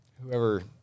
whoever